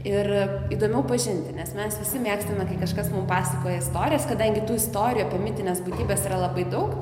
ir įdomiau pažinti nes mes visi mėgstame kai kažkas pasakoja istorijas kadangi tų istorijų apie mitines būtybes yra labai daug